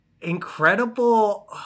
incredible